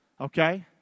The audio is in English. Okay